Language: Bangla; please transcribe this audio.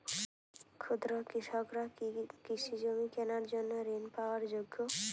ক্ষুদ্র কৃষকরা কি কৃষিজমি কেনার জন্য ঋণ পাওয়ার যোগ্য?